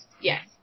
Yes